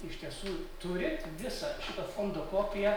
iš tiesų turi visą šito fondo kopiją